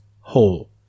Whole